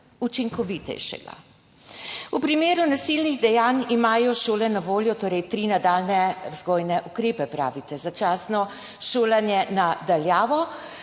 Učinkovitejšega. V primeru nasilnih dejanj imajo šole na voljo torej tri nadaljnje vzgojne ukrepe, pravite, začasno šolanje na daljavo,